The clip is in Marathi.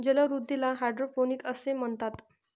जलवृद्धीला हायड्रोपोनिक्स असे म्हणतात